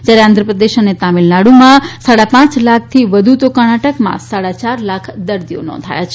જયારે આંધ્રપ્રદેશ અને તમીલનાડુમાં સાડા પાંચ લાખથી વધુ તો કર્ણાટકમાં સાડા ચાર લાખ દર્દી નોંધાયા છે